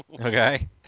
Okay